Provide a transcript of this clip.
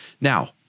Now